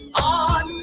on